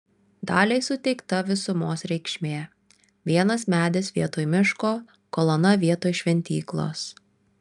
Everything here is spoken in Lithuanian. daliai suteikta visumos reikšmė vienas medis vietoj miško kolona vietoj šventyklos